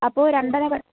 അപ്പോൾ രണ്ടര